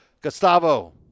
Gustavo